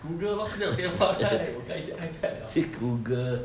google lor 现在有电话现在 ipad